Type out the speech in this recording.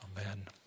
Amen